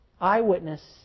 Eyewitness